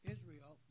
Israel